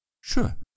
Sure